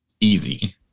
easy